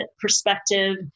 perspective